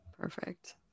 perfect